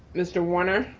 mr. warner.